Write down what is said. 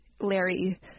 Larry